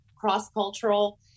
cross-cultural